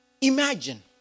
imagine